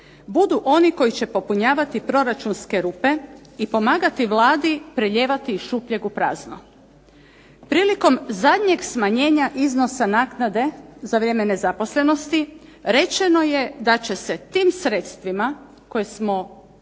budu oni koji će popunjavati proračunske rupe i pomagati Vladi prelijevati iz šupljeg u prazno. Prilikom zadnjeg smanjenja iznosa naknade za vrijeme nezaposlenosti rečeno je da će se tim sredstvima koje smo smanjili